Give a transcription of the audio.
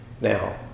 now